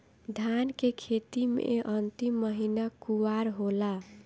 धान के खेती मे अन्तिम महीना कुवार होला?